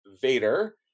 Vader